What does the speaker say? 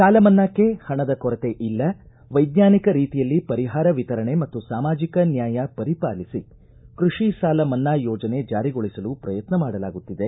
ಸಾಲ ಮನ್ನಾಕ್ಷೆ ಹಣದ ಕೊರತೆ ಇಲ್ಲ ವೈಜ್ಞಾನಿಕ ರೀತಿಯಲ್ಲಿ ಪರಿಹಾರ ವಿತರಣೆ ಮತ್ತು ಸಾಮಾಜಿಕ ನ್ಯಾಯ ಪರಿಪಾಲಿಸಿ ಕೃಷಿ ಸಾಲ ಮನ್ನಾ ಯೋಜನೆ ಜಾರಿಗೊಳಿಸಲು ಪ್ರಯತ್ನ ಮಾಡಲಾಗುತ್ತಿದೆ